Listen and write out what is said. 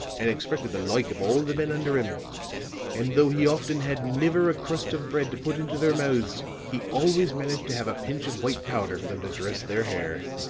and expected the like of all the men under him and though he often had niver a crust of bread to put into their mouths, he always managed to have a pinch of white powder for them to dress their hair.